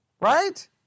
right